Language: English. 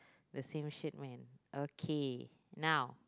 the shit man okay now